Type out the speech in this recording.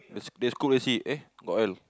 they sc~ the scoot got oil